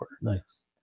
nice